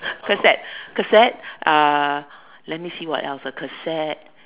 casette casette uh let me see what else ah a casette